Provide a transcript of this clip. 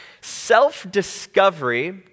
self-discovery